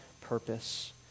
purpose